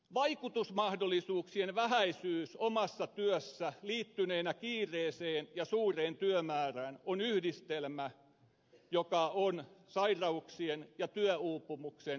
vaikutusmahdollisuuksien vähäisyys omassa työssä liittyneenä kiireeseen ja suureen työmäärään on yhdistelmä joka on sairauksien ja työuupumuksen riskitekijä